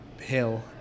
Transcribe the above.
hill